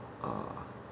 ah